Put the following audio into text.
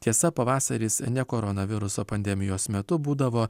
tiesa pavasaris ne koronaviruso pandemijos metu būdavo